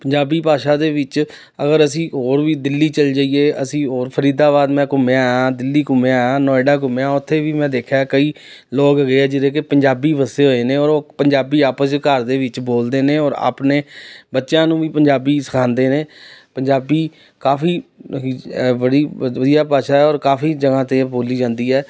ਪੰਜਾਬੀ ਭਾਸ਼ਾ ਦੇ ਵਿੱਚ ਅਗਰ ਅਸੀਂ ਹੋਰ ਵੀ ਦਿੱਲੀ ਚਲ ਜਾਈਏ ਅਸੀਂ ਹੋਰ ਫਰੀਦਾਬਾਦ ਮੈਂ ਘੁੰਮਿਆ ਹੈ ਦਿੱਲੀ ਘੁੰਮਿਆ ਹੈ ਨੋਇਡਾ ਘੁੰਮਿਆ ਉੱਥੇ ਵੀ ਮੈਂ ਦੇਖਿਆ ਕਈ ਲੋਕ ਗਏ ਜਿਹਦੇ ਕਿ ਪੰਜਾਬੀ ਵਸੇ ਹੋਏ ਨੇ ਔਰ ਉਹ ਪੰਜਾਬੀ ਆਪਸ ਘਰ ਦੇ ਵਿੱਚ ਬੋਲਦੇ ਨੇ ਔਰ ਆਪਣੇ ਬੱਚਿਆਂ ਨੂੰ ਵੀ ਪੰਜਾਬੀ ਸਿਖਾਉਂਦੇ ਨੇ ਪੰਜਾਬੀ ਕਾਫ਼ੀ ਬੜੀ ਵਧੀਆ ਭਾਸ਼ਾ ਔਰ ਕਾਫ਼ੀ ਜਗ੍ਹਾ 'ਤੇ ਬੋਲੀ ਜਾਂਦੀ ਹੈ